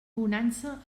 bonança